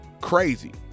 crazy